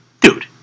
dude